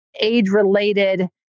age-related